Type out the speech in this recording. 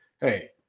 hey